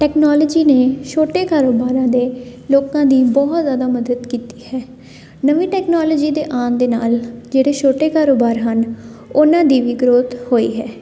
technology ਨੇ ਛੋਟੇ ਕਾਰੋਬਾਰਾਂ ਦੇ ਲੋਕਾਂ ਦੀ ਬਹੁਤ ਜ਼ਿਆਦਾ ਮਦਦ ਕੀਤੀ ਹੈ ਨਵੀਂ ਟੈਕਨੋਲੋਜੀ ਦੇ ਆਉਣ ਦੇ ਨਾਲ ਜਿਹੜੇ ਛੋਟੇ ਕਾਰੋਬਾਰ ਹਨ ਉਹਨਾਂ ਦੀ ਵੀ ਗ੍ਰੋਥ ਹੋਈ ਹੈ